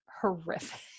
horrific